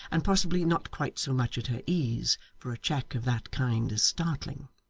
and possibly not quite so much at her ease, for a check of that kind is startling.